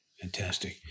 Fantastic